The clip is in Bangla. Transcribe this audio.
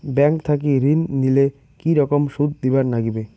ব্যাংক থাকি ঋণ নিলে কি রকম টাকা সুদ দিবার নাগিবে?